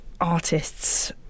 artists